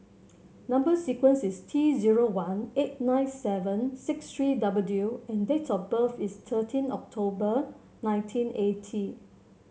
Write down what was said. number sequence is T zero one eight nine seven six three W and date of birth is thirteen October nineteen eighty